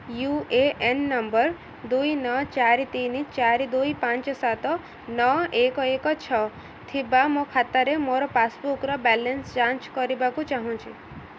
you A N number ଦୁଇ ନଅ ଚାରି ତିନି ଚାରି ଦୁଇ ପାଞ୍ଚ ସାତ ନଅ ଏକ ଏକ ଛଅ ଥିବା ମୋ ଖାତାରେ ମୋର ପାସ୍ବୁକ୍ର ବାଲାନ୍ସ୍ ଯାଞ୍ଚ କରିବାକୁ ଚାହୁଁଛି